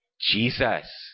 Jesus